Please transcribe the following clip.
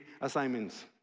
assignments